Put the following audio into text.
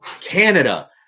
Canada